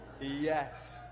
Yes